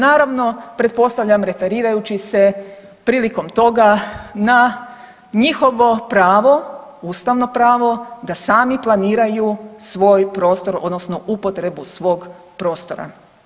Naravno pretpostavljam referirajući se prilikom toga na njihovo pravo, ustavno pravo da sami planiraju svoj prostor odnosno upotrebu svog prostora.